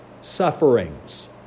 sufferings